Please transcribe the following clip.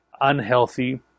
unhealthy